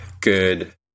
good